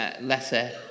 letter